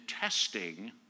testing